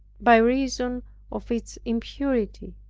by reason of its impurity,